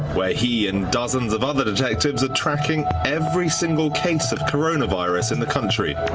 where he and dozens of other detectives are tracking every single case of coronavirus in the country.